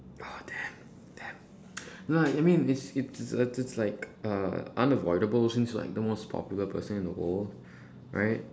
oh damn damn no I mean it's uh it's just like uh unavoidable since like the most popular person in the world right